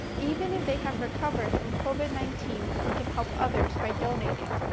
even if they have recovered from covid nineteen and could help others by donating.